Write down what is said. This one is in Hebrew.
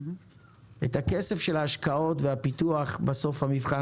את הכסף של ההשקעות והפיתוח בסוף המבחן